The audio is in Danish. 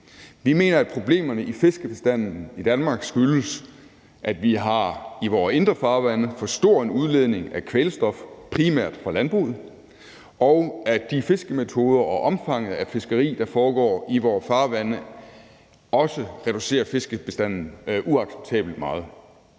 Vi mener, at problemerne i fiskebestanden i Danmark skyldes, at vi i vore indre farvande har for stor en udledning af kvælstof, primært fra landbruget, og at fiskemetoderne og omfanget af det fiskeri, der foregår i vore farvande, også reducerer fiskebestanden uacceptabelt meget.